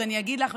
ועוד אני אגיד לך,